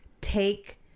take